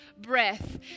breath